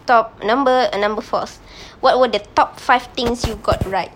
top number number fourth what were the top five things you got right